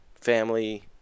Family